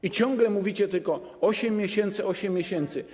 I ciągle mówicie tylko: 8 miesięcy, 8 miesięcy.